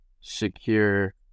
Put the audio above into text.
secure